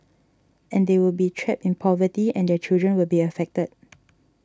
and they will be trapped in poverty and their children will be affected